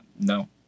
No